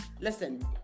Listen